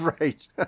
right